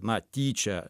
na tyčia